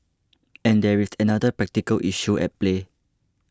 and there is another practical issue at play